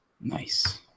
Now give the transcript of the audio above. Nice